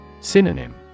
Synonym